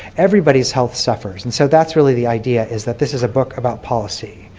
everybody's health suffers. and so that's really the idea, is that this is a book about policy.